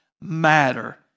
matter